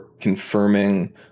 confirming